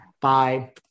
Bye